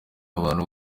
abantu